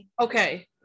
Okay